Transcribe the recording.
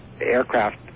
aircraft